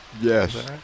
yes